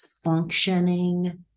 Functioning